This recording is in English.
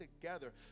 together